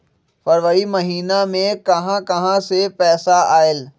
फरवरी महिना मे कहा कहा से पैसा आएल?